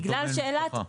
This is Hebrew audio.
לאותו בן משפחה.